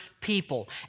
people